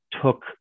took